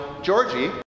Georgie